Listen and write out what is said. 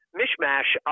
mishmash